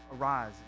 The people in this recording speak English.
arise